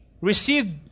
received